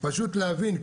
פשוט להבין,